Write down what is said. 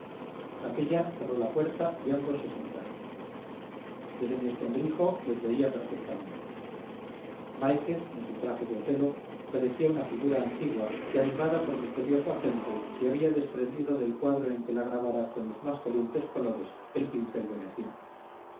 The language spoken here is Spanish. aquélla cerró la puerta y ambos se sentaron desde mi escondrijo les veía perfectamente máiquez en su traje de otelo parecía una figura antigua que animada por misterioso agente se había desprendido del cuadro en que la grabara con los más calientes colores el pincel veneciano